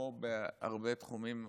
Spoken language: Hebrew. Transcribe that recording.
כמו בתחומים אחרים.